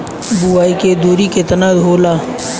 बुआई के दुरी केतना होला?